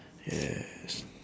yes